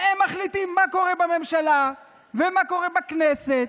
והם מחליטים מה קורה בממשלה ומה קורה בכנסת.